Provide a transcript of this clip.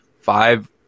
five